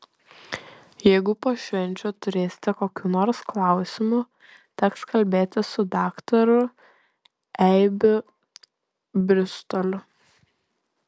jeigu po švenčių turėsite kokių nors klausimų teks kalbėtis su daktaru eibių bristoliu